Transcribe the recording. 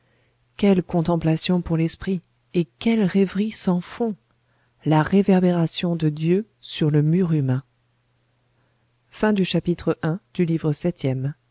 quelle contemplation pour l'esprit et quelle rêverie sans fond la réverbération de dieu sur le mur humain chapitre ii